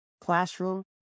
classroom